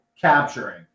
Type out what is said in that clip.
capturing